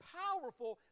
powerful